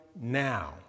now